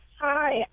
Hi